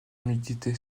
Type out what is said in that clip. humidité